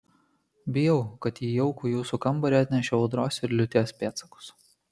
bijau kad į jaukų jūsų kambarį atnešiau audros ir liūties pėdsakus